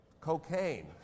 cocaine